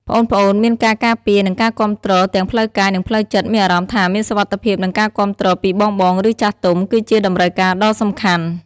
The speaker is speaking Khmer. ប្អូនៗមានការការពារ និងការគាំទ្រទាំងផ្លូវកាយ និងផ្លូវចិត្ត មានអារម្មណ៍ថាមានសុវត្ថិភាព និងការគាំទ្រពីបងៗ ឬចាស់ទុំ គឺជា តម្រូវការដ៏សំខាន់។